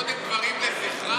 קודם דברים לזכרה?